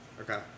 Okay